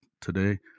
today